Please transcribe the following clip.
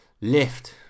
lift